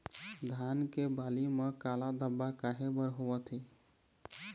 धान के बाली म काला धब्बा काहे बर होवथे?